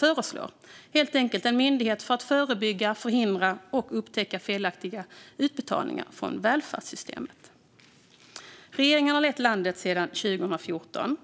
Det är helt enkelt en myndighet som ska förebygga, förhindra och upptäcka felaktiga utbetalningar från välfärdssystemen. Regeringen har lett landet sedan 2014.